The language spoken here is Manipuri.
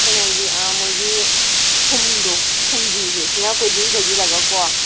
ꯀꯩꯅꯣꯒꯤ ꯃꯣꯏꯒꯤ ꯐꯨꯝꯗꯣ ꯐꯨꯝꯗꯤꯁꯦ ꯁꯤꯅ ꯀꯣꯏꯁꯤꯟ ꯀꯣꯏꯁꯤꯟꯂꯒꯀꯣ